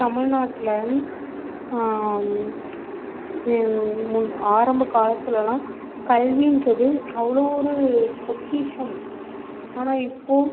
தமிழ்நாட்டில் ஆரம்ப காலத்துலலாம் கல்வின்றது அவ்வளோ ஒரு பொக்கிஷம் ஆனால் இப்போது